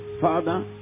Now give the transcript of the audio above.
Father